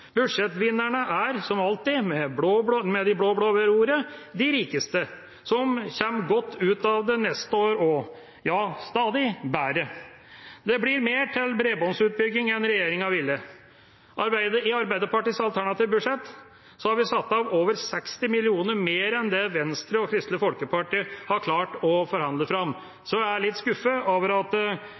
Budsjettvinnerne er som alltid, med de blå-blå ved roret, de rikeste, som kommer godt ut av det neste år også – ja, stadig bedre. Det blir mer til bredbåndsutbygging enn regjeringa ville. I Arbeiderpartiets alternative statsbudsjett har vi satt av over 60 mill. kr mer enn det Venstre og Kristelig Folkeparti har klart å forhandle fram. Jeg er litt skuffet over at